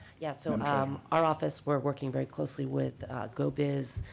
yeah, so and ah um our office we're working very closely with go-biz.